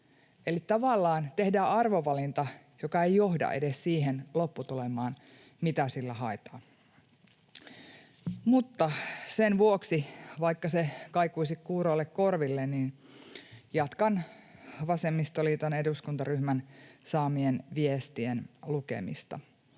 Eli tavallaan tehdään arvovalinta, joka ei johda edes siihen lopputulemaan, mitä sillä haetaan. Mutta sen vuoksi, vaikka se kaikuivat kuuroille korville, niin jatkan vasemmistoliiton eduskuntaryhmän saamien viestien lukemista.